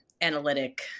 analytic